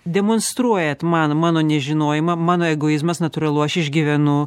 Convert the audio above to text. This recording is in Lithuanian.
demonstruojat man mano nežinojimą mano egoizmas natūralu aš išgyvenu